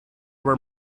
were